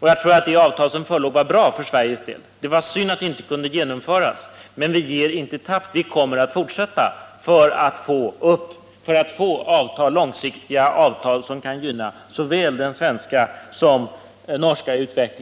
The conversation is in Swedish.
och jag tror att det avtal som förelåg var bra för Sveriges del. Det var synd att det inte kunde genomföras, men vi ger inte tappt. Vi kommer att fortsätta för att få långsiktiga avtal som kan gynna utvecklingen såväl i Sverige som i Norge.